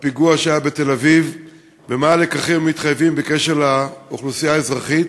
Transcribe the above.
הפיגוע שהיה בתל-אביב ומה הלקחים המתחייבים בקשר לאוכלוסייה האזרחית.